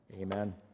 Amen